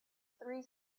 three